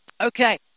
Okay